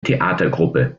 theatergruppe